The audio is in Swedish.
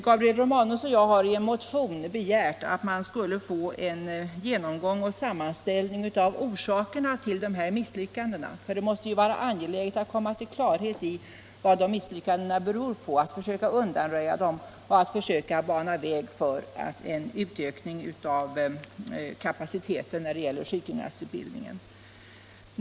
Gabriel Romanus och jag har i motionen 784 begärt att det skulle göras en genomgång och sammanställning av orsakerna till dessa misslyckanden. Det måste nämligen vara angeläget att komma till klarhet i vad de misslyckandena beror på och att försöka undanröja dem och bana väg för en utökning av kapaciteten i sjukgymnastutbildningen.